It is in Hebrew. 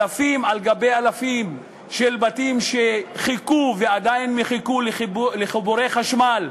אלפים על גבי אלפים של בתים חיכו ועדיין מחכים לחיבורי חשמל,